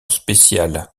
spéciale